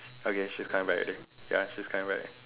okay she's coming back already ya she's coming back